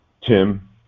Tim